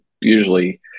usually